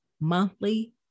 monthly